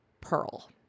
pearl